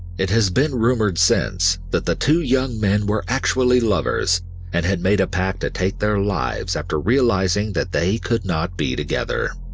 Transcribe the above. it has been rumored sense that the two young men were actually lovers and had made a pact to take their lives after realizing that they could not be together.